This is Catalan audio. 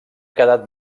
quedat